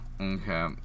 okay